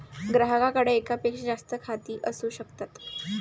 ग्राहकाकडे एकापेक्षा जास्त खाती असू शकतात